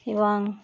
এবং